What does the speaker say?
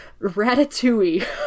Ratatouille